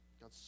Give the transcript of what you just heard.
god